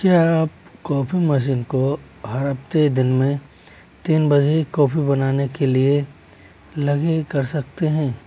क्या आप coffee machine को हर हफ़्ते दिन में तीन बजे कॉफी बनाने के लिए लगीं कर सकते हैं